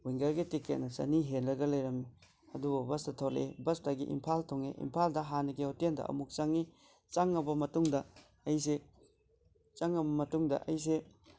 ꯋꯥꯡꯒ꯭ꯔꯒꯤ ꯇꯤꯛꯀꯦꯠꯅ ꯆꯅꯤ ꯍꯦꯜꯂꯒ ꯂꯩꯔꯝꯃꯤ ꯑꯗꯨꯕꯨ ꯕꯁꯇ ꯊꯣꯛꯂꯛꯏ ꯕꯁꯇꯒꯤ ꯏꯝꯐꯥꯜ ꯊꯨꯡꯉꯦ ꯏꯝꯐꯥꯜꯗ ꯍꯥꯟꯅꯒꯤ ꯍꯣꯇꯦꯜꯗ ꯑꯃꯨꯛ ꯆꯪꯏ ꯆꯪꯉꯕ ꯃꯇꯨꯡꯗ ꯑꯩꯁꯦ ꯆꯪꯉꯕ ꯃꯇꯨꯡꯗ ꯑꯩꯁꯦ